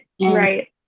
Right